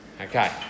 Okay